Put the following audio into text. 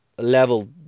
Level